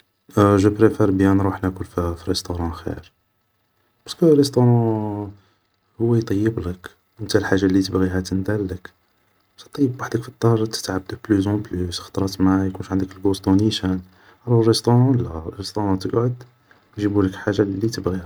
جو بريفار بيان نروح ناكل في ريسطورون خير بارسكو ريسطورون هو يطيبلك و نتا الحاجة اللي تبغيها تندارلك بصح طيب وحدك في الدار تتعب دو بلوس اون بلوس خطرات ما يكونش عندك القوسطو نيشان و الرسطورون لا الرسطورون تقعد يجيبولك الحاجة اللي تبغيها